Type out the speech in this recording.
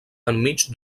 enmig